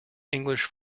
english